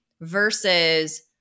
versus